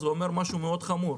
זה אומר משהו מאוד חמור,